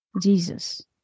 Jesus